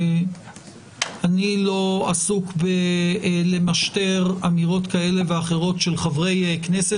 אני לא עסוק בלמשטר אמירות כאלה ואחרות של חברי כנסת,